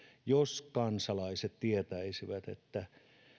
jos kansalaiset tietäisivät että